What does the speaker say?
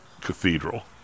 Cathedral